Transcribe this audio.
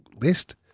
list